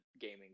gaming